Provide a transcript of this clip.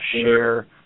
share